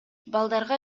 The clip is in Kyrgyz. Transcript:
балдарга